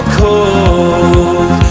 cold